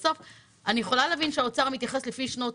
אני יכולה להבין שהאוצר מייחס לפי שנות